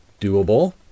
Doable